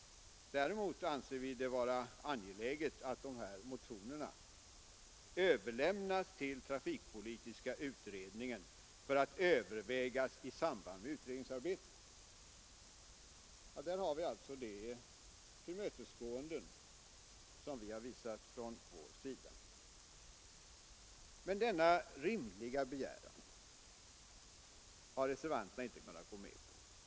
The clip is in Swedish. Däremot anser vi det vara angeläget att motionerna överlämnas till trafikpolitiska utredningen för att övervägas i samband med utredningsarbetet. Där har vi alltså det tillmötesgående som visats från vår sida. Men denna rimliga begäran har reservanterna inte kunnat gå med på.